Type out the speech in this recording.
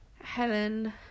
Helen